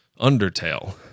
Undertale